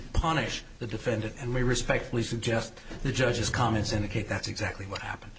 punish the defendant and we respectfully suggest the judge's comments indicate that's exactly what happened